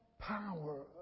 power